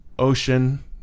Ocean